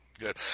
Good